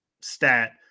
stat